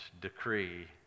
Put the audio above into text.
decree